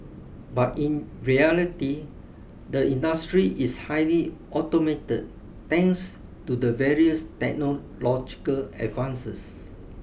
but in reality the industry is highly automated thanks to the various technological advances